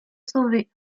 sauvé